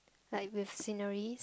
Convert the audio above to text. like with scenery